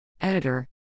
Editor